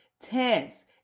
tense